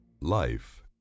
life